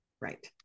Right